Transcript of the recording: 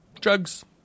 drugs